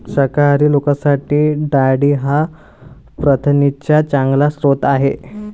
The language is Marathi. शाकाहारी लोकांसाठी डाळी हा प्रथिनांचा चांगला स्रोत आहे